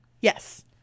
Yes